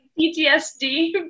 PTSD